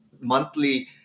monthly